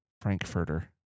Frankfurter